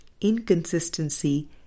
inconsistency